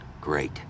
great